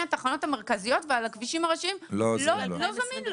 התחנות המרכזיות ועל הכבישים הראשיים לא זמין לו.